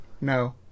No